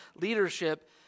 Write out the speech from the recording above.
leadership